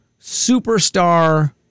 superstar